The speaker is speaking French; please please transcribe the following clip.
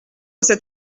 cette